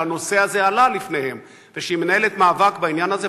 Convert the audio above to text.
שהנושא הזה עלה לפניהם והיא מנהלת מאבק בעניין הזה,